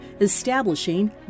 establishing